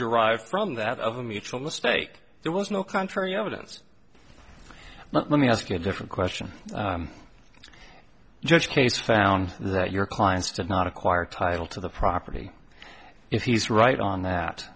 derived from that of a mutual mistake there was no contrary evidence but let me ask you a different question judge case found that your clients did not acquire title to the property if he's right on that